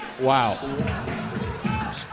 wow